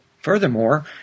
Furthermore